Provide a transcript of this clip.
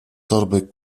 torby